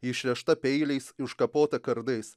išrėžta peiliais iškapota kardais